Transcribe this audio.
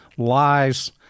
lies